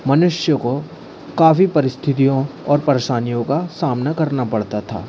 मनुष्य को काफ़ी परिस्थितियों और परेशानियों का सामना करना पड़ता था